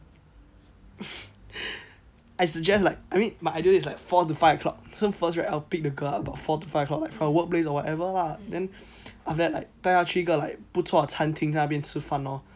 I suggest like I mean my idea is like four to five o'clock so first right I will pick the girl up about four to five o'clock from her work place or what so ever lah then after that like 带她去一个 like 不错的餐厅在那边吃饭 lor